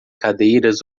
cadeiras